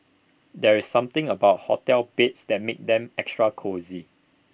there is something about hotel beds that makes them extra cosy